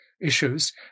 Issues